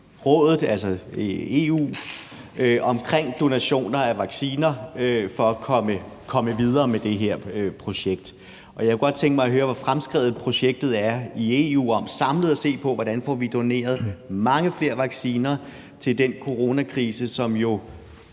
Rådet, altså i EU, om donationer af vacciner for at komme videre med det her projekt. Jeg kunne godt tænke mig at høre, hvor fremskredet projektet i EU er om samlet at se på, hvordan vi får doneret mange flere vacciner til den coronakrise, som jo